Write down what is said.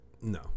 no